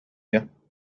you